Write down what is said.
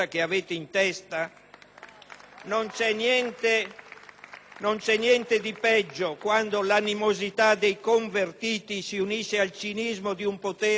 Non c'è niente di peggio quando l'animosità dei convertiti si unisce al cinismo di un potere insofferente delle regole.